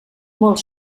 molt